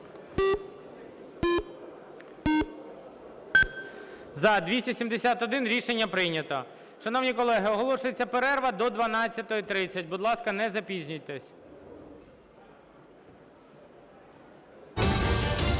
За-271 Рішення прийнято. Шановні колеги, оголошується перерва до 12:30. Будь ласка, не запізнюйтесь. (Після